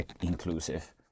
inclusive